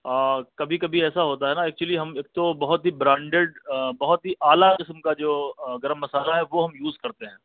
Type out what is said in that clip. کبھی کبھی ایسا ہوتا ہے نا ایکچولی ہم تو بہت ہی برانڈیڈ بہت ہی اعلیٰ قسم کا جو گرم مسالا ہے وہ ہم یوز کرتے ہیں